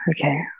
Okay